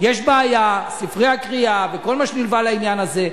יש בעיה, ספרי הקריאה וכל מה שנלווה לעניין הזה.